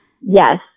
Yes